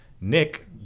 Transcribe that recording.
Nick